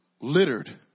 littered